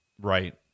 right